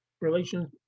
relations